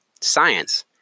Science